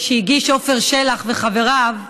שהגישו עפר שלח וחבריו,